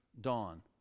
dawn